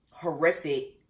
horrific